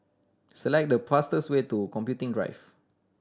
select the fastest way to Computing Drive